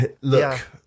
look